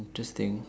interesting